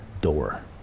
door